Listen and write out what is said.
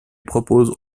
propose